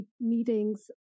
meetings